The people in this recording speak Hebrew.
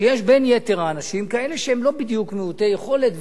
שיש בין האנשים כאלה שהם לא בדיוק מעוטי יכולת,